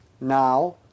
Now